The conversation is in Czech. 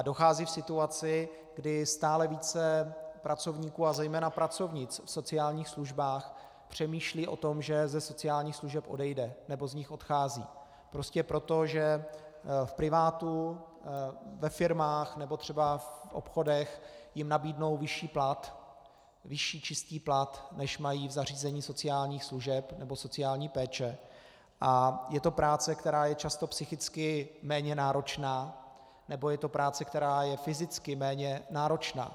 Dochází k situaci, kdy stále více pracovníků a zejména pracovnic v sociálních službách přemýšlí o tom, že ze sociálních služeb odejdou, nebo z nich odcházejí prostě proto, že v privátu, ve firmách nebo třeba v obchodech jim nabídnou vyšší plat, vyšší čistý plat, než mají v zařízení sociálních služeb nebo sociální péče, a je to práce, která je často psychicky méně náročná, nebo je to práce, která je fyzicky méně náročná.